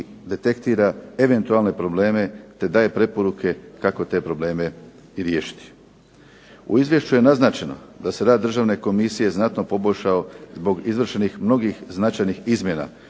detektira eventualne probleme, te daje preporuke kako te probleme i riješiti. U izvješću je naznačeno da se rad Državne komisije znatno poboljšao zbog izvršenih mnogih značajnih izmjena